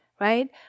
right